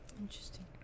interesting